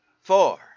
four